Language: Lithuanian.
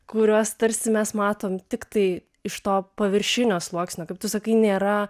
kuriuos tarsi mes matom tiktai iš to paviršinio sluoksnio kaip tu sakai nėra